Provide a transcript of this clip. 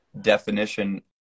definition